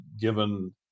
given